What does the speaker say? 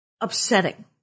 upsetting